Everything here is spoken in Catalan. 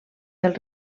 del